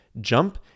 Jump